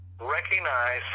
recognize